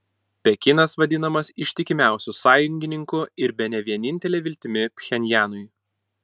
pekinas vadinamas ištikimiausiu sąjungininku ir bene vienintele viltimi pchenjanui